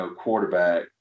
quarterback